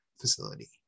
facility